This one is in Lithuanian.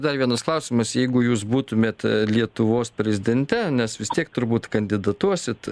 dar vienas klausimas jeigu jūs būtumėt lietuvos prezidente nes vis tiek turbūt kandidatuosit